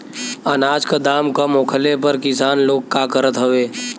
अनाज क दाम कम होखले पर किसान लोग का करत हवे?